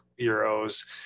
euros